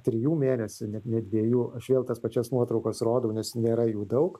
trijų mėnesių net ne dviejų aš vėl tas pačias nuotraukos rodau nes nėra jų daug